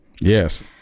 Yes